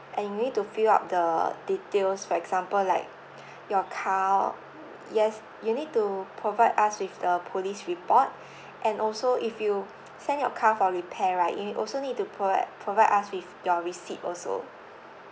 and you need to fill up the details for example like your car yes you need to provide us with the police report and also if you send your car for repair right and you also need to provide provide us with your receipt also